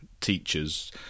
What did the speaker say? teachers